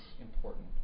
important